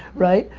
right?